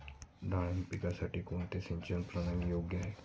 डाळिंब पिकासाठी कोणती सिंचन प्रणाली योग्य आहे?